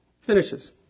Finishes